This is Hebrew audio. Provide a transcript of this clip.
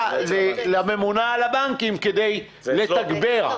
לממונה על הבנקים כדי לתגבר.